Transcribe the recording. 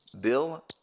Bill